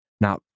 now